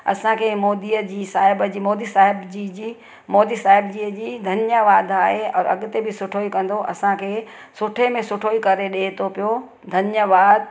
असांखे मोदी जी साहिब जी मोदी साहिब जी मोदी साहिब जी धन्यवाद आहे और अॻिते बि सुठो ई कंदो असांखे सुठे में सुठो ई करे ॾिए करे थो पियो धन्यवाद